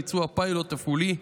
ביצוע פיילוט תפעולי,